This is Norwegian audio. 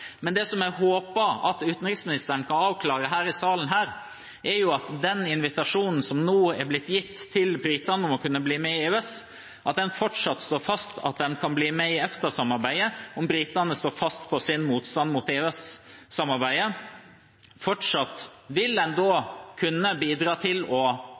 Men det jeg håper utenriksministeren kan avklare her i salen, er at den invitasjonen som nå er blitt gitt til britene om å kunne bli med i EØS, fortsatt slår fast at en kan bli med i EFTA-samarbeidet, om britene står fast på sin motstand mot EØS-samarbeidet. En vil da fortsatt kunne bidra til å